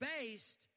based